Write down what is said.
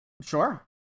Sure